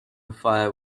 fire